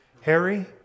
Harry